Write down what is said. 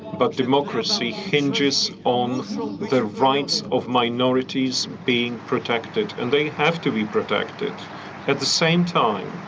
but democracy hinges on the rights of minorities being protected and they have to be protected at the same time.